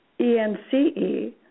E-N-C-E